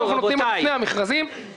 מבחינת הקריטריונים של משרד החינוך,